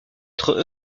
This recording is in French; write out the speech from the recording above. être